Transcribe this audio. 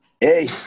Hey